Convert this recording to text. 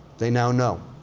they now know